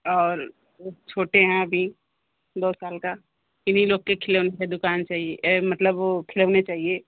और ओ छोटे हैं अभी दो साल का इन्हीं लोग के खिलौने के दुकान चाहिए मतलब वो खिलौने चाहिए